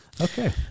Okay